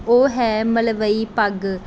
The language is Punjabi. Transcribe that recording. ਉਹ ਹੈ ਮਲਵਈ ਪੱਗ